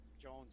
Jones